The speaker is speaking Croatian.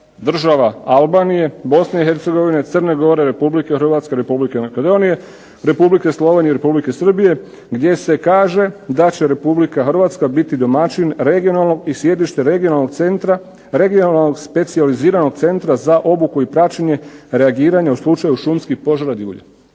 država Albanije, BiH, Crne Gore, RH, Republike Makedonije, Republike Slovenije i Republike Srbije gdje se kaže da će RH biti domaćin regionalnom i sjedište Regionalnog centra, Regionalnog specijaliziranog centra za obuku i praćenje, reagiranje u slučaju šumskih požara Divulje.